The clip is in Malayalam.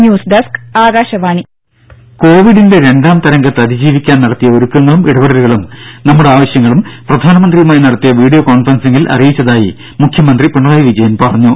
ന്യൂസ്ഡസ്ക് ആകാശവാണി ദേദ കോവിഡിന്റെ രണ്ടാം തരംഗത്തെ അതിജീവിക്കാൻ നടത്തിയ ഒരുക്കങ്ങളും ഇടപെടലുകളും നമ്മുടെ ആവശ്യങ്ങളും പ്രധാനമന്ത്രിയുമായി നടത്തിയ വീഡിയോ കോൺഫറൻസിംഗിൽ അറിയിച്ചതായി മുഖ്യമന്ത്രി പറഞ്ഞു